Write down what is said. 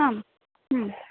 आम्